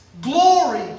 glory